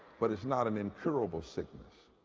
but is not an incurable sickness.